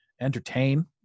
entertain